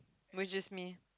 which is me